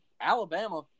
Alabama